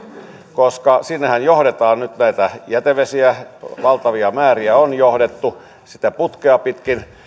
koska sinnehän johdetaan nyt näitä jätevesiä valtavia määriä on johdettu sitä putkea pitkin